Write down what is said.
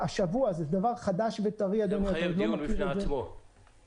זה מהשבוע, זה דבר חדש וטרי אדוני היושב-ראש.